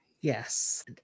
Yes